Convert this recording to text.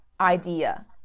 idea